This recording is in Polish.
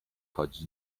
chodzić